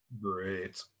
Great